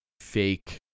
fake